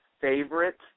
favorite